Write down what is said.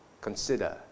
consider